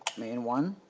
main one